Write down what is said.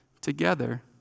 together